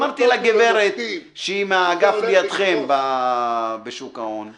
אמרתי לגברת מהאגף לידכם בשוק ההון: